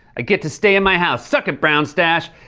i get to stay in my house! suck it, brown stache!